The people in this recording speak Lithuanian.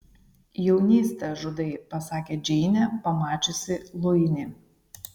jaunystę žudai pasakė džeinė pamačiusi luinį